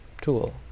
tool